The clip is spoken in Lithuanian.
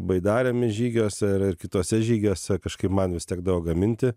baidarėmis žygiuose ir kituose žygiuose kažkaip man tekdavo gaminti